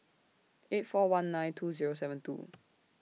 eight four one nine two Zero seven two